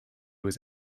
was